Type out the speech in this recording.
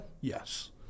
Yes